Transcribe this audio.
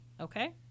Okay